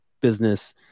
business